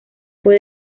fue